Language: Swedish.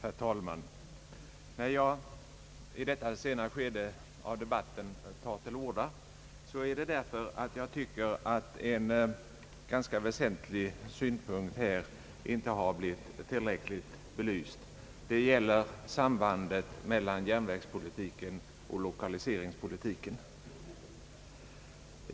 Herr talman! När jag i detta sena skede av debatten tar till orda, sker det för att jag tycker att en ganska väsentlig synpunkt inte har blivit tillräckligt belyst. Det gäller sambandet mellan järnvägspolitiken och lokaliseringspolitiken.